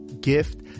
gift